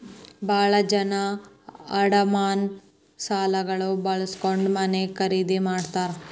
ಭಾಳ ಜನ ಅಡಮಾನ ಸಾಲಗಳನ್ನ ಬಳಸ್ಕೊಂಡ್ ಮನೆ ಖರೇದಿ ಮಾಡ್ತಾರಾ